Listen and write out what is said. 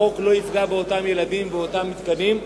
החוק לא יפגע באותם ילדים, באותם מתקנים,